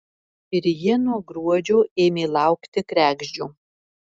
ir jie nuo gruodžio ėmė laukti kregždžių